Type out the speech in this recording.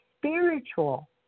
spiritual